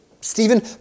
Stephen